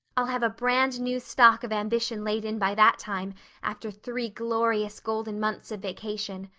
i'll have a brand new stock of ambition laid in by that time after three glorious, golden months of vacation.